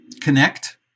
connect